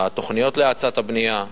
התוכניות להאצת הבנייה,